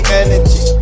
energy